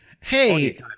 Hey